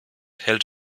hält